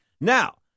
Now